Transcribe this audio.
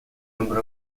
number